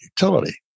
utility